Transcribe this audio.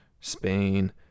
Spain